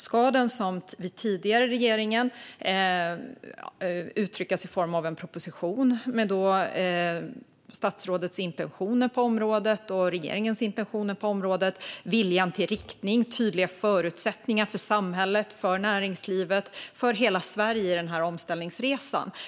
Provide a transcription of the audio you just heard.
Blir den som hos den tidigare regeringen en proposition med regeringens intentioner och viljeinriktning på området och med tydliga förutsättningar för samhället, näringslivet och hela Sverige i denna omställningsresa?